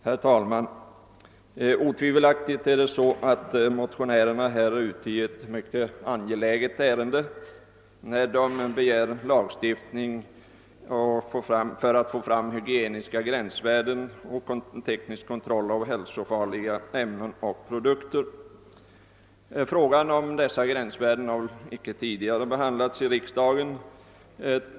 Herr talman! Otvivelaktigt är motionärerna här ute i ett mycket angeläget ärende. De begär lagstiftning för att få fram hygieniska gränsvärden för och teknisk kontroll av hälsofarliga ämnen och produkter. Frågan om dessa gränsvärden har icke tidigare behandlats av riksdagen.